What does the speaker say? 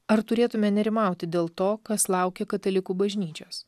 ar turėtume nerimauti dėl to kas laukia katalikų bažnyčios